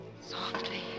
Softly